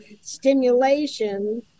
stimulation